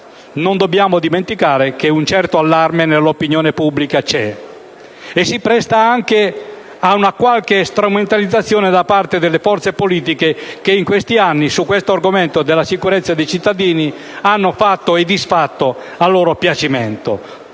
Non dobbiamo dimenticare, però, che nell'opinione pubblica c'è un certo allarme, che si presta anche a qualche strumentalizzazione da parte delle forze politiche che in questi anni, sull'argomento della sicurezza dei cittadini, hanno fatto e disfatto a loro piacimento,